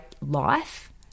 life